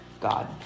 god